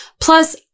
Plus